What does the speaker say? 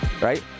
Right